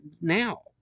now